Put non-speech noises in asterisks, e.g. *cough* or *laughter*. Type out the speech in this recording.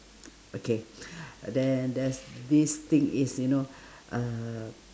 okay *breath* then there's this thing is you know *breath* uh